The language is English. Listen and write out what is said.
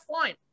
fine